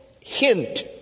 hint